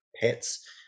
pets